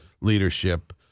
leadership